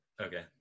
Okay